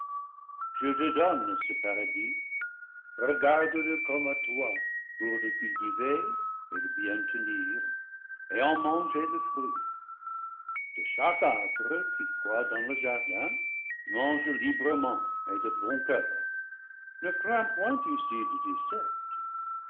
je te donne ce paradis regarde-le comme à toi pour le cultiver et le bien tenir et en manger le fruit de chaque arbre qui croît dans le jardin mange librement et de bon coeur ne crains point ici de